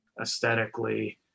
aesthetically